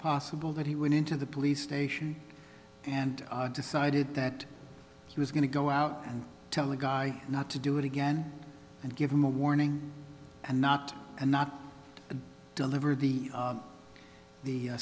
possible that he went into the police station and decided that he was going to go out and tell the guy not to do it again and give him a warning and not and not deliver the the